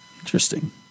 Interesting